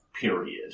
period